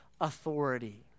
authority